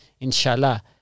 Inshallah